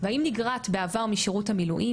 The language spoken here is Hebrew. והאם נגרעת בעבר משירת המילואים,